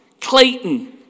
Clayton